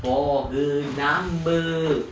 for her number